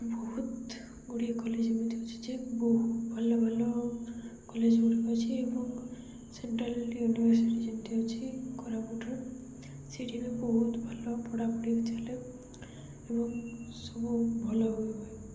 ବହୁତ ଗୁଡ଼ିଏ କଲେଜ୍ ଏମିତି ଅଛି ଯେ ବହୁ ଭଲ ଭଲ କଲେଜ୍ ଗୁଡ଼ିକ ଅଛି ଏବଂ ସେଣ୍ଟ୍ରାଲ୍ ୟୁନିଭର୍ସିଟି ଯେମିତି ଅଛି କୋରାପୁଟରେ ସେଠି ବି ବହୁତ ଭଲ ପଢ଼ାପଢ଼ି ବି ଚାଲେ ଏବଂ ସବୁ ଭଲ ହୁଏ